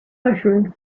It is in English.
mushrooms